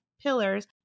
pillars